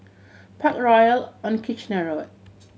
Parkroyal on Kitchener Road